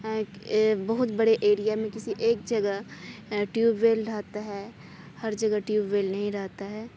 بہت بڑے ایریا میں کسی ایک جگہ ٹیوب ویل رہتا ہے ہر جگہ ٹیوب ویل نہیں رہتا ہے